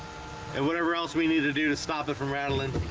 and whatever else we need to do to stop it from rattling